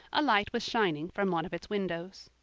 a light was shining from one of its windows.